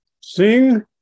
Sing